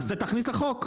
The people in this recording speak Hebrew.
אז תכניס לחוק.